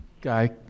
Guy